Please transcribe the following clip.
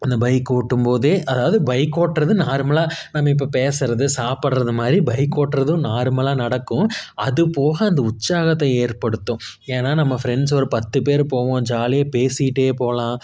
அந்த பைக்கு ஓட்டும்போதே அதாவது பைக் ஓட்டுறது நார்மலாக நம்ம இப்போ பேசுறது சாப்புடுறது மாதிரி பைக் ஓட்டுறதும் நார்மலாக நடக்கும் அது போக அந்த உற்சாகத்தை ஏற்படுத்தும் ஏன்னா நம்ம ஃபிரெண்ட்ஸ் ஒரு பத்து பேர் போவோம் ஜாலியாக பேசிக்கிட்டே போகலாம்